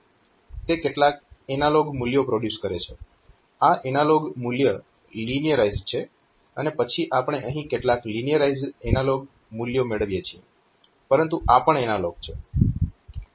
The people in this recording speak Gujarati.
તે કેટલાક એનાલોગ મૂલ્યો પ્રોડ્યુસ કરે છે આ એનાલોગ મૂલ્ય લીનિયરાઇઝ્ડ છે અને પછી આપણે અહીં કેટલાક લીનિયરાઇઝ્ડ એનાલોગ મૂલ્યો મેળવીએ છીએ પરંતુ આ પણ એનાલોગ છે